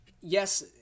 Yes